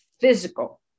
physical